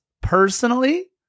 personally